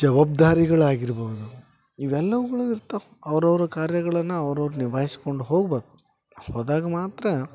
ಜವಾಬ್ದಾರಿಗಳಾಗಿರ್ಬೋದು ಇವೆಲ್ಲವುಗಳು ಇರ್ತಾವೆ ಅವ್ರವ್ರ ಕಾರ್ಯಗಳನ್ನು ಅವ್ರವ್ರ ನಿಭಾಯ್ಸ್ಕೊಂಡು ಹೋಬೇಕು ಹೋದಾಗ ಮಾತ್ರ